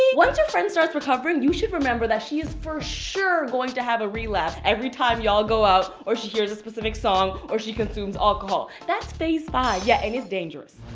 once your friend starts recovering, you should remember that she is for sure going to have a relapse every time y'all go out or she hears a specific song or she consumes alcohol. that's phase five. yeah, and it's dangerous.